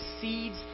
seeds